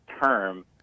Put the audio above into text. term